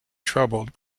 troubled